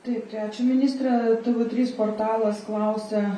taip tai ačiū ministre tv trys portalas klausia